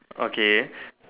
okay